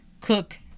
cook